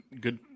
good